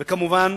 וכמובן,